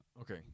Okay